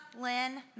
Lynn